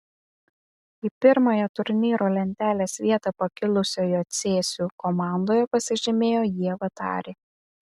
į pirmąją turnyro lentelės vietą pakilusioje cėsių komandoje pasižymėjo ieva tarė